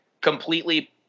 completely